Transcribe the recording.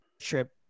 trip